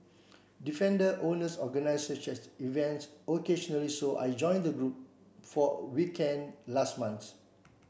defender owners organise such events occasionally so I joined the group for a weekend last month